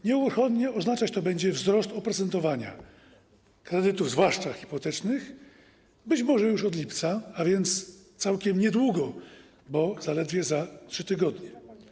Nieuchronnie oznaczać to będzie wzrost oprocentowania kredytów, zwłaszcza hipotecznych, być może już od lipca, a więc całkiem niedługo, bo zaledwie za 3 tygodnie.